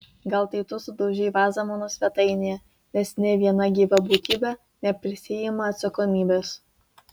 gal tai tu sudaužei vazą mano svetainėje nes nė viena gyva būtybė neprisiima atsakomybės